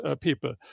people